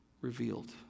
revealed